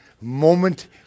moment